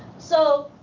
so,